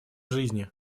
жизни